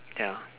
ya